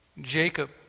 jacob